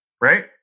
right